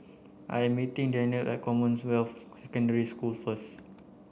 I am meeting Danniel at Commonwealth Secondary School first